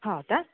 ಹೌದಾ